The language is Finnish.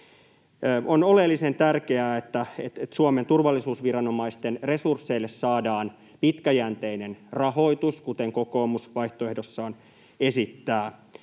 On oleellisen tärkeää, että Suomen turvallisuusviranomaisten resursseille saadaan pitkäjänteinen rahoitus, kuten kokoomus vaihtoehdossaan esittää.